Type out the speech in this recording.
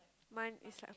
mine is like